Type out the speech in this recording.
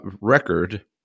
record